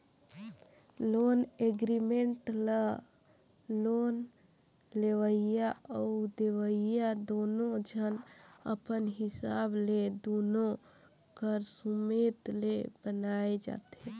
loan agreement ल loan लेवइया अउ देवइया दुनो झन अपन हिसाब ले दुनो कर सुमेत ले बनाए जाथें